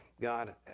God